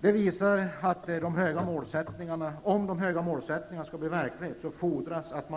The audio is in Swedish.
Det visar att det om de höga målsättningarna skall kunna bli verklighet fordras att